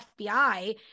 FBI